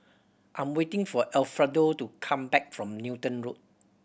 I am waiting for Alfredo to come back from Newton Road